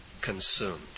consumed